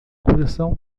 coração